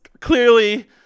clearly